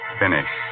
finish